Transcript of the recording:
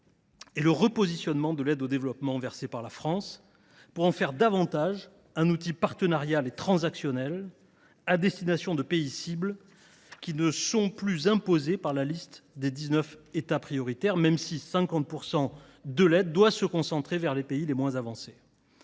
est le repositionnement de l’aide au développement versée par la France. Il s’agit désormais d’en faire davantage un outil partenarial et transactionnel, à destination de pays cibles, qui ne sont plus imposés par la liste des dix neuf États prioritaires, même si 50 % de l’aide doit se concentrer vers les pays les moins avancés